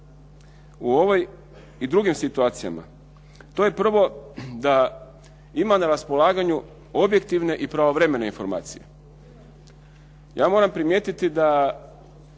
u ovoj i drugim situacijama, to je prvo da ima na raspolaganju objektivne i pravovremene informacije. Ja moram primjetiti da